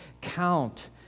count